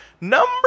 Number